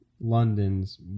London's